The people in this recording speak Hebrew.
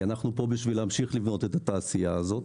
כי אנחנו כאן בשביל להמשיך לבנות את התעשייה הזאת